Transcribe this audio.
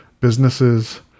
businesses